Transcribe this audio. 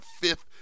fifth